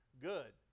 good